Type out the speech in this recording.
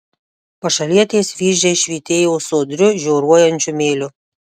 pašalietės vyzdžiai švytėjo sodriu žioruojančiu mėliu